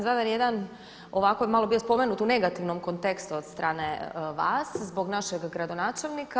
Zadar je jedan, ovako je malo bio spomenut u negativnom kontekstu od strane vas zbog našeg gradonačelnika.